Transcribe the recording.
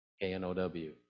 K-N-O-W